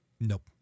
Nope